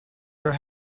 your